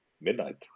midnight